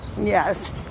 Yes